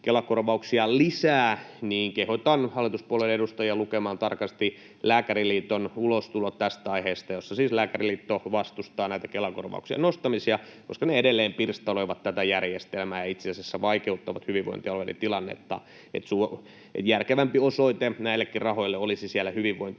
kehotan hallituspuolueen edustajia lukemaan tarkasti sen Lääkäriliiton ulostulon tästä aiheesta, jossa siis Lääkäriliitto vastustaa näitä Kela-korvauksen nostamisia, koska ne edelleen pirstaloivat tätä järjestelmää ja itse asiassa vaikeuttavat hyvinvointialueiden tilannetta. Järkevämpi osoite näillekin rahoille olisi siellä hyvinvointialueilla.